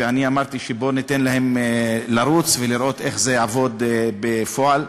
ואמרתי שניתן להם לרוץ ונראה איך זה יעבוד בפועל.